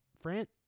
France